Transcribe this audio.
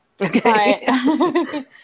Okay